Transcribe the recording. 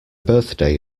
birthday